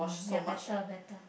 ya better better